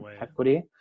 equity